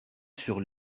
sur